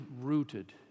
rooted